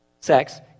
sex